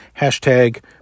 hashtag